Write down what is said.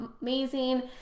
amazing